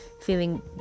feeling